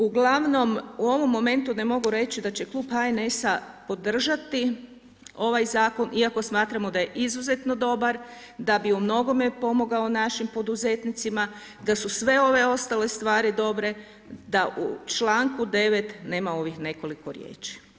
Uglavnom u ovom momentu ne mogu reći da će Klub HNS-a podržati ovaj zakon, iako smatramo da je izuzetno dobar, da bi u mnogome pomogao našim poduzetnicima, da su sve ove ostale stvari dobre da u članku 9. nema ovih nekoliko riječi.